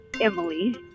Emily